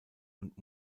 und